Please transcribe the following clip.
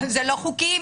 זה לא חוקי.